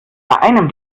einem